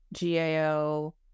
GAO